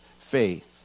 faith